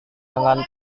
dengan